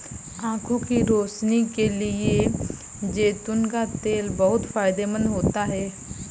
आंखों की रोशनी के लिए जैतून का तेल बहुत फायदेमंद होता है